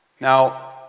Now